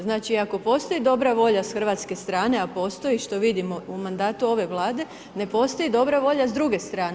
Znači, ako postoji dobra volja sa hrvatske strane, a postoji što vidimo u mandatu ove Vlade, ne postoji dobra volja s druge strane.